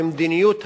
במדיניות הממשלה,